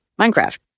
Minecraft